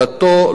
דתו,